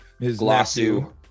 Glossu